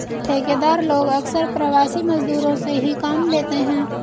ठेकेदार लोग अक्सर प्रवासी मजदूरों से ही काम लेते हैं